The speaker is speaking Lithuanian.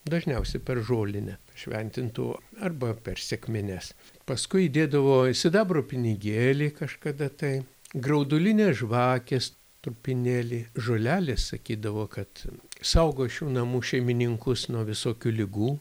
dažniausiai per žolinę šventintų arba per sekmines paskui įdėdavo sidabro pinigėlį kažkada tai graudulinės žvakės trupinėlį žolelės sakydavo kad saugo šių namų šeimininkus nuo visokių ligų